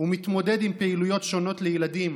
ומתמודד עם פעילויות שונות לילדים,